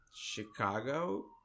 Chicago